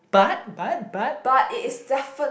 but but but